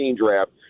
draft